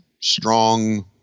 strong